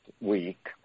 week